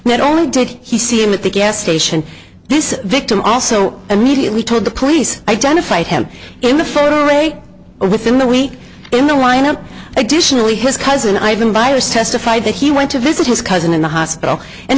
not only did he see him at the gas station this victim also immediately told the police identified him in the photo array within the week in the lineup additionally his cousin ivan virus testified that he went to visit his cousin in the hospital and